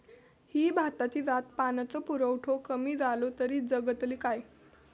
ही भाताची जात पाण्याचो पुरवठो कमी जलो तर जगतली काय?